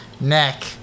neck